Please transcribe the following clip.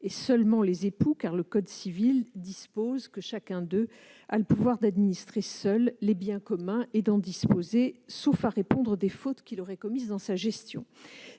et seulement les époux, car le code civil dispose que chacun d'eux a le pouvoir d'administrer seul les biens communs et d'en disposer, sauf à répondre des fautes qu'il aurait commises dans sa gestion.